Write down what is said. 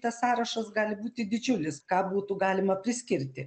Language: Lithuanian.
tas sąrašas gali būti didžiulis ką būtų galima priskirti